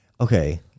Okay